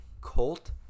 Colt